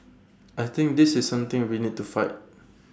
I think this is something we need to fight